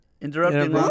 Interrupting